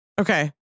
Okay